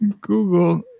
Google